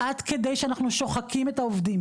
עד כדי שאנחנו שוחקים את העובדים.